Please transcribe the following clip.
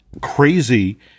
crazy